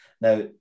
Now